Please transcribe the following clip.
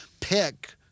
pick—